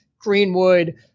greenwood